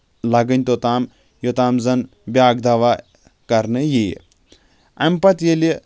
لَگٕنۍ توٚتام یوٚتام زَن بیٛاکھ دوا کرنہٕ یٖیہِ اَمہِ پَتہٕ ییٚلہِ